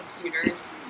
computers